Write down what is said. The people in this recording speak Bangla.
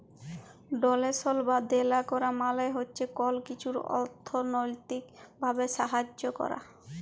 ডোলেশল বা দেলা ক্যরা মালে হছে কল কিছুর অথ্থলৈতিক ভাবে সাহায্য ক্যরা